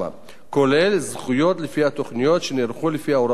כולל זכויות לפי התוכניות שנערכו לפי הוראות התמ"א.